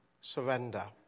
surrender